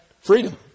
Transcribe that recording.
freedom